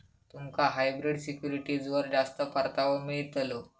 तुमका हायब्रिड सिक्युरिटीजवर जास्त परतावो मिळतलो